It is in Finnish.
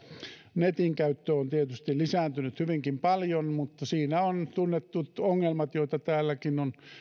netin käyttö on tietysti lisääntynyt hyvinkin paljon mutta siinä on tunnetut ongelmat joita täällä eduskunnassakin on